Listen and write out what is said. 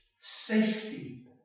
Safety